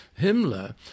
Himmler